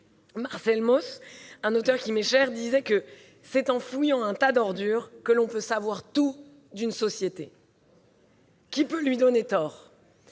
Marcel Mauss, un auteur qui m'est cher, disait que c'est « en fouillant un tas d'ordures que l'on peut savoir tout d'une société ». C'est vrai ! Qui peut lui donner tort ?